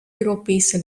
europese